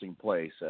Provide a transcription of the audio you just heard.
place